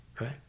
right